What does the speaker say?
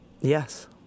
Yes